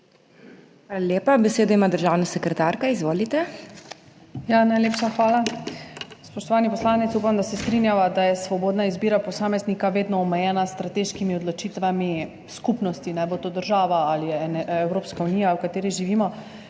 TINA SERŠEN (državna sekretarka MOPE): Najlepša hvala. Spoštovani poslanec, upam, da se strinjava, da je svobodna izbira posameznika vedno omejena s strateškimi odločitvami skupnosti, naj bo to država ali Evropska unija, v kateri živimo,